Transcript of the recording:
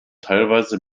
teilweise